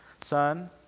son